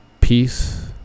peace